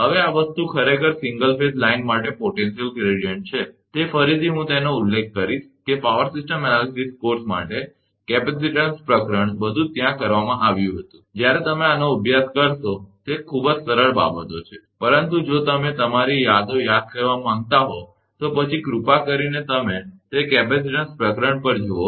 હવે આ વસ્તુ ખરેખર સિંગલ ફેઝ લાઇન માટે પોટેન્શિયલ ગ્રેડીયંટ છે તે ફરીથી હું તેનો ઉલ્લેખ કરીશ કે પાવર સિસ્ટમ એનાલીસીસ કોર્સ માટે કેપેસિટીન્સ પ્રકરણ બધું ત્યાં કરવામાં આવ્યું હતું જ્યારે તમે આનો અભ્યાસ કરશો તે ખૂબ જ સરળ બાબતો છે પરંતુ જો તમે તમારી યાદો યાદ કરવા માંગતા હો તો પછી કૃપા કરીને તમે તે કેપેસિટીન્સ પ્રકરણ જોવો